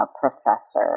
professor